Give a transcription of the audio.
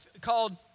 called